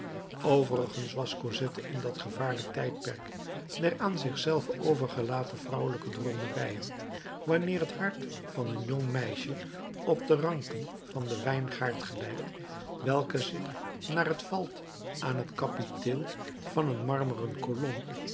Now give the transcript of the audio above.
overigens was cosette in dat gevaarlijk tijdperk der aan zich zelve overgelaten vrouwelijke droomerijen wanneer het hart van een jong meisje op de ranken van den wijngaard gelijkt welke zich naar het valt aan het kapiteel van een marmeren kolom